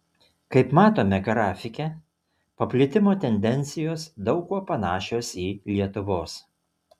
kaip matome grafike paplitimo tendencijos daug kuo panašios į lietuvos